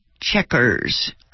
checkers